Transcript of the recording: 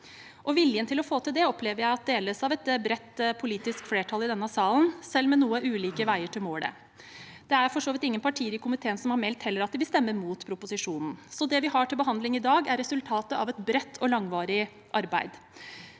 Viljen til å få til det opplever jeg deles av et bredt politisk flertall i denne salen, selv med noe ulike veier til målet. Det er for så vidt heller ingen partier i komiteen som har meldt at de vil stemme mot proposisjonen. Det vi har til behandling i dag, er resultatet av et bredt og langvarig arbeid.